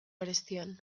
arestian